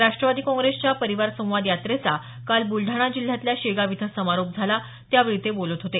राष्ट्रवादी काँप्रेसच्या परिवार संवाद यात्रेचा काल बुलडाणा जिल्ह्यातल्या शेगाव इथं समारोप झाला त्यावेळी ते बोलत होते